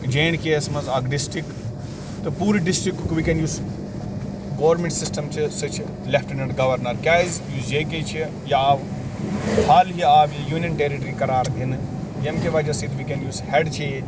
J and K یَس منٛز اکھ ڈِسٹِرٛک تہٕ پوٗرٕ ڈِسٹِرٛکُک وُنٛکیٚن یُس گورمیٚنٛٹ سِسٹَم چھُ سُہ چھُ لیٚفٹٕننٛٹ گَورنَر کیٛازِ یُس جے کے چھُ یہِ آو حال ہی آو یہِ یوٗنین ٹیٚرِٹرٛی قرار دِنہٕ ییٚمہِ کہِ وجہ سۭتۍ وُنٛکیٚن یُس ہیٛڈ چھُ ییٚتہِ